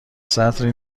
سطری